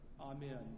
Amen